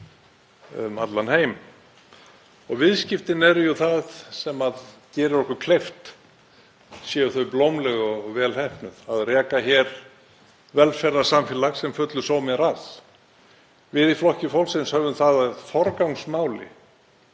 um allan heim. Viðskiptin eru jú það sem gerir okkur kleift, séu þau blómleg og vel heppnuð, að reka hér velferðarsamfélag sem fullur sómi er að. Við í Flokki fólksins höfum það að forgangsmáli